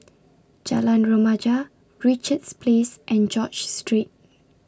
Jalan Remaja Richards Place and George Street